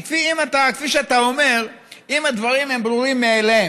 כי כפי שאתה אומר, אם הדברים ברורים מאליהם,